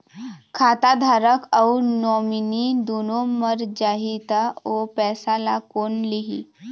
खाता धारक अऊ नोमिनि दुनों मर जाही ता ओ पैसा ला कोन लिही?